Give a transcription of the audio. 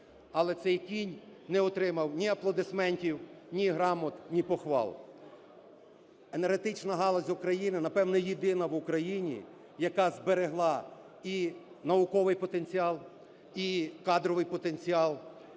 але цей кінь не отримав ні аплодисментів, ні грамот, ні похвал. Енергетична галузь України, напевно, єдина в Україні, яка зберегла і науковий потенціал, і кадровий потенціал,